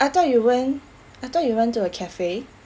I thought you went I thought you went to a cafe